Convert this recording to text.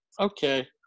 okay